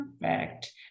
perfect